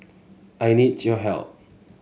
I need your help